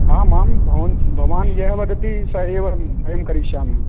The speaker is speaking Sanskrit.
आम् आम् भवन् भवान् यः वदति स एव अहं करिष्यामि